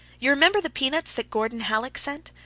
you remember the peanuts that gordon hallock sent?